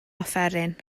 offeryn